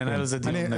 ננהל על זה דיון.